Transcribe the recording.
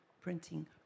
printing